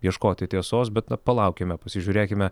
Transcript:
ieškoti tiesos bet na palaukime pasižiūrėkime